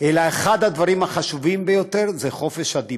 אלא אחד הדברים החשובים ביותר זה חופש הדיבור,